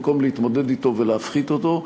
במקום להתמודד אתו ולהפחית אותו.